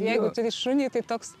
jeigu turi šunį tai toks